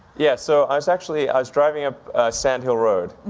yeah, so i was actually, i was driving up sand hill road